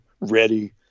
ready